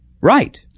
Right